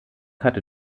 hatte